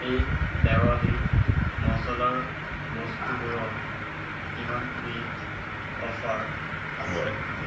এই দেৱালীত মচলাৰ বস্তুবোৰত কিমানবিধ অফাৰ আছে